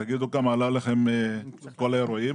תגידו כמה עלו לכם כל האירועים,